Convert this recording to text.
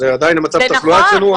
מצב התחלואה שלנו,